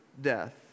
death